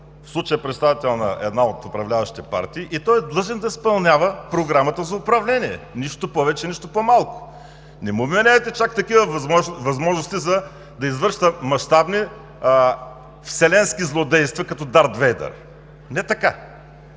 в случая е представител на една от управляващите партии и той е длъжен да изпълнява Програмата за управление. Нищо повече, нищо по-малко! Не му вменявайте чак такива възможности да извършва мащабни, вселенски злодейства като Дарт Вейдър. Не така!